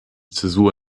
zäsur